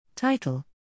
Title